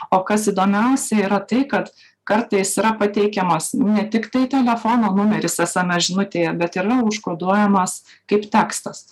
o kas įdomiausia yra tai kad kartais yra pateikiamas ne tiktai telefono numeris sms žinutėje bet ir užkoduojamas kaip tekstas